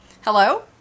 Hello